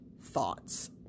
thoughts